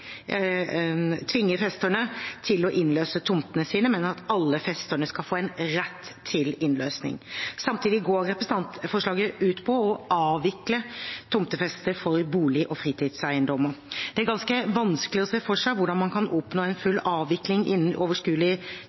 festerne til å innløse tomtene sine, men at alle festerne skal få en rett til innløsning. Samtidig går representantforslaget ut på å avvikle tomtefeste for bolig- og fritidseiendommer. Det er ganske vanskelig å se for seg hvordan man kan oppnå en full avvikling innen overskuelig